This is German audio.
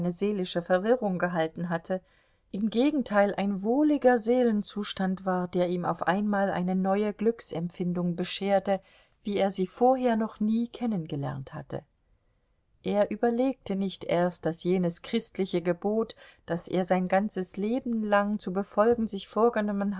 seelische verwirrung gehalten hatte im gegenteil ein wohliger seelenzustand war der ihm auf einmal eine neue glücksempfindung bescherte wie er sie vorher noch nie kennengelernt hatte er überlegte nicht erst daß jenes christliche gebot das er sein ganzes leben lang zu befolgen sich vorgenommen